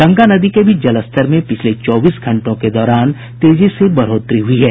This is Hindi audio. गंगा नदी के भी जलस्तर में पिछले चौबीस घंटों के दौरान तेजी से बढ़ोतरी हुई है